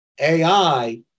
AI